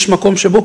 יש מקום שבו,